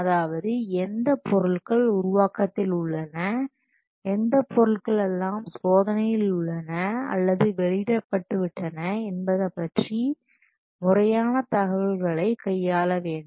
அதாவது எந்த பொருட்கள் உருவாக்கத்தில் உள்ளன எந்த பொருட்கள் எல்லாம் சோதனையில் உள்ளன அல்லது வெளியிடப்பட்டுவிட்டன என்பன பற்றி முறையான தகவல்களை கையாள வேண்டும்